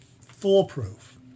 foolproof